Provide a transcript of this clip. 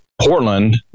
Portland